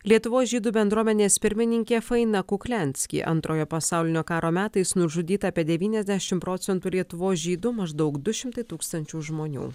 lietuvos žydų bendruomenės pirmininkė faina kukliansky antrojo pasaulinio karo metais nužudyta apie devyniasdešim procentų lietuvos žydų maždaug du šimtai tūkstančių žmonių